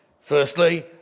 Firstly